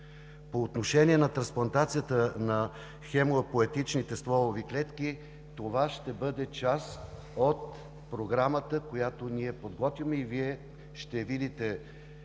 По отношение на трансплантацията на хемопоетичните стволови клетки. Това ще бъде част от програмата, която ние подготвяме. Вие ще видите като